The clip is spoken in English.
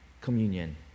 communion